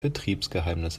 betriebsgeheimnis